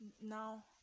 now